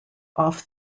off